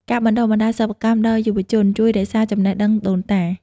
ការបណ្តុះបណ្តាលសិប្បកម្មដល់យុវជន ជួយរក្សាចំណេះដឹងដូនតា។